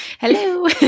Hello